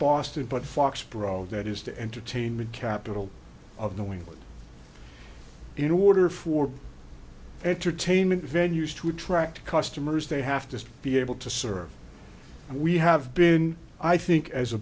boston but foxboro that is the entertainment capital of new england in order for entertainment venues to attract customers they have to be able to serve and we have been i think as a